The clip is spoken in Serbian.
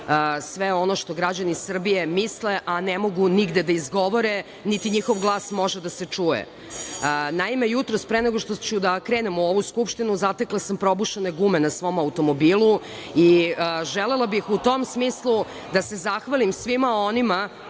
sve ono što građani misle, a ne mogu nigde da izgovore, niti njihov glas može da se čuje. Naime, jutros pre nego što ću da krenem u ovo Skupštinu zatekla sam probušene gume na svom automobilu i želela bih u tom smislu da se zahvalim svima onima